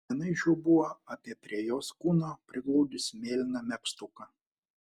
viena iš jų buvo apie prie jos kūno prigludusį mėlyną megztuką